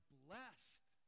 blessed